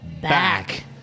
Back